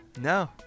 No